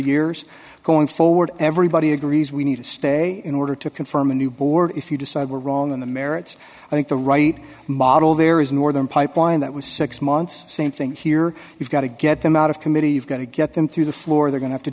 years going forward everybody agrees we need to stay in order to confirm a new board if you decide we're wrong on the merits i think the right model there is more than pipeline that was six months same thing here you've got to get them out of committee you've got to get them through the floor they're go